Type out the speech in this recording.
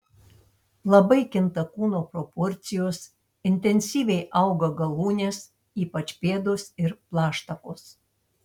labai kinta kūno proporcijos intensyviai auga galūnės ypač pėdos ir plaštakos